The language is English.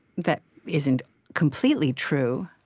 that isn't completely true,